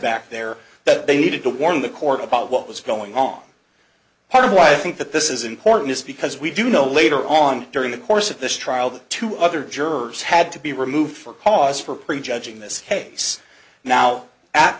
back there that they needed to warn the court about what was going on part of why i think that this is important is because we do know later on during the course of this trial that two other jurors had to be removed for cause for prejudging this case now at